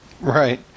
right